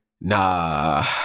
nah